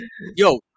Yo